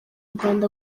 rwanda